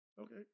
Okay